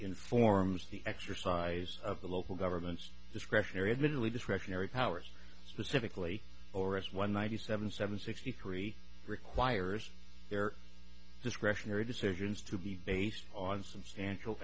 informs the exercise of the local government's discretionary admittedly discretionary powers specifically or as one ninety seven seven sixty three requires their discretionary decisions to be based on substantial